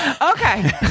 okay